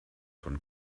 von